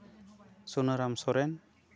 Sunaram Soren